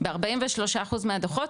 ב-43 אחוז מהדוחות,